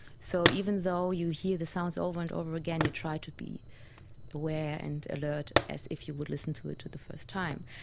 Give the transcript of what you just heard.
so even though you hear the sounds over and over again you try to be aware and alert as if you would listen to it for the first time.